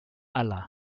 allah